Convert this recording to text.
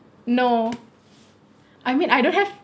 no I mean I don't have